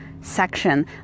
section